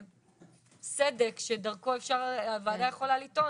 סדק שדרכו הוועדה יכולה לטעון,